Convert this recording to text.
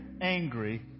angry